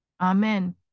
amen